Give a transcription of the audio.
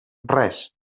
res